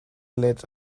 let